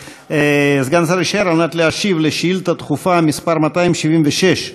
סגן השר יישאר כדי להשיב על שאילתה דחופה מס' 276,